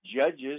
judges